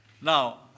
Now